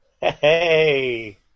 Hey